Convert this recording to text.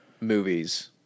movies